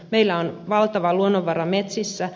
meillä on valtava luonnonvara metsissä